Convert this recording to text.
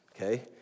okay